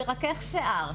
מרכך שיער,